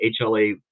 HLA